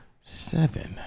seven